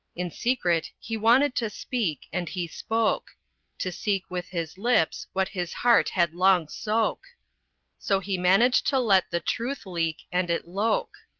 in secret he wanted to speak, and he spoke to seek with his lips what his heart had long soke so he managed to let the truth leak, and it loke.